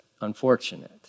unfortunate